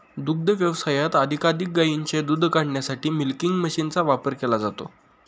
दुग्ध व्यवसायात अधिकाधिक गायींचे दूध काढण्यासाठी मिल्किंग मशीनचा वापर केला जातो